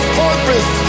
purpose